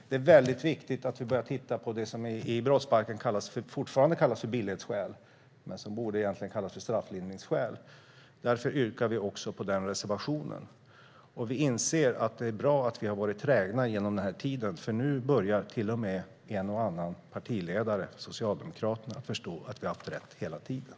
Det är väldigt viktigt att vi börjar titta på det som i brottsbalken fortfarande kallas för billighetsskäl men som egentligen borde kallas för strafflindringsskäl. Därför yrkar jag också bifall till den reservationen. Vi inser att det är bra att vi har varit trägna under den här tiden, för nu börjar till och med en och annan partiledare, nämligen Socialdemokraternas, förstå att vi har haft rätt hela tiden.